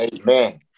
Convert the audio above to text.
Amen